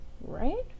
right